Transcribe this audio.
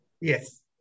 Yes